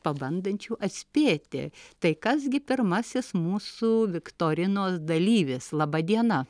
pabandančių atspėti tai kas gi pirmasis mūsų viktorinos dalyvis laba diena